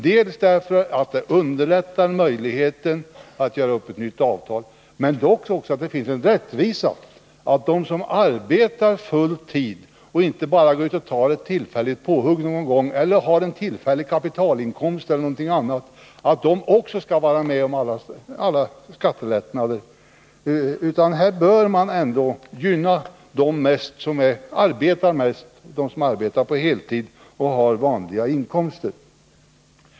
Dels underlättar det möjligheten att göra upp ett nytt avtal, dels är det en rättvisefråga att de som arbetar full tid — och inte bara går Nr 54 ut och tar ett tillfälligt påhugg någon gång, har tillfälliga kapitalinkomster eller någonting annat — skall vara med om skattelättnaderna. Vi bör gynna dem som arbetar mest, på heltid, och har vanliga inkomster.